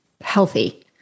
healthy